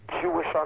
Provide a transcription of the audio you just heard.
Jewish